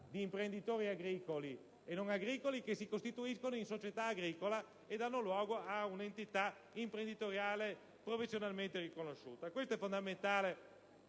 di imprenditori agricoli e non agricoli che si costituiscono in società agricola e danno luogo ad un'entità imprenditoriale professionalmente riconosciuta. Questo è fondamentale